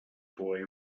boy